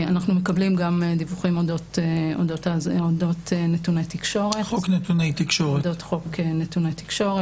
אנחנו מקבלים גם דיווחים אודות חוק נתוני תקשורת.